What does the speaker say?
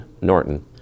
Norton